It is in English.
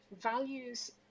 values